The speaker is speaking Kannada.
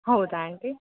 ಹೌದಾ ಆಂಟಿ